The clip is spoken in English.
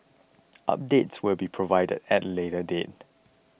updates will be provided at a later date